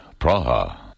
Praha